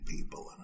people